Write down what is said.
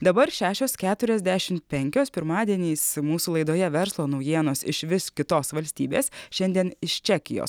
dabar šešios keturiasdešimt penkios pirmadieniais mūsų laidoje verslo naujienos iš vis kitos valstybės šiandien iš čekijos